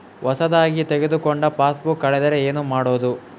ಹೊಸದಾಗಿ ತೆಗೆದುಕೊಂಡ ಪಾಸ್ಬುಕ್ ಕಳೆದರೆ ಏನು ಮಾಡೋದು?